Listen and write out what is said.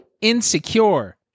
Insecure